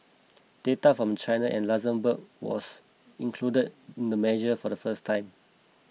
data from China and Luxembourg was included in the measure for the first time